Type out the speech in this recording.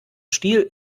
stiel